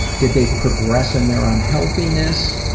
did they progress in their unhealthiness?